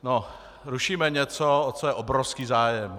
No, rušíme něco, o co je obrovský zájem.